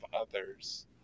others